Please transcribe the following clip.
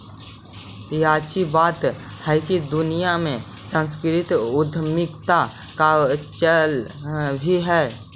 याची बात हैकी दुनिया में सांस्कृतिक उद्यमीता का चल भी है